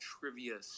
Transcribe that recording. Trivia